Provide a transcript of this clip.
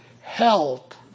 health